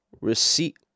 receipt